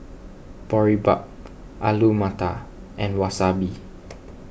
Boribap Alu Matar and Wasabi